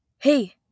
Hey